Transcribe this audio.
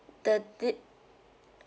the da~